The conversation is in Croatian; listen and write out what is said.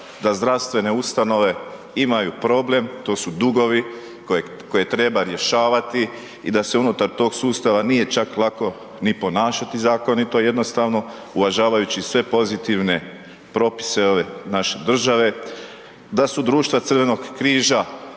da zdravstvene ustanove imaju problem, to su dugovi koje treba rješavati da se unutar tog sustava nije čak lako i ponašati zakonito, jednostavno uvažavajući sve pozitivne propise ove naše države, da su društva Crvenog križa